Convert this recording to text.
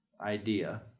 idea